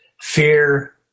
fear